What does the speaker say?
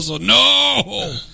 no